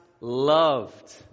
loved